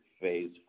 phase